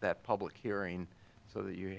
that public hearing so that you